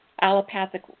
allopathic